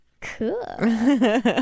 Cool